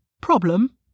problem